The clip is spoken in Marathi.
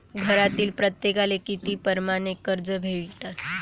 घरातील प्रत्येकाले किती परमाने कर्ज भेटन?